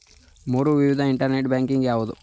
ಮೂರು ವಿಧದ internet banking ಯಾವುವು?